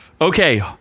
Okay